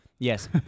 Yes